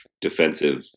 defensive